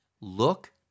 look